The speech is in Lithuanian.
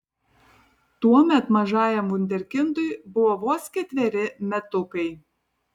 tuomet mažajam vunderkindui buvo vos ketveri metukai